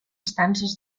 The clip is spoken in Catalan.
estances